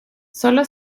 sólo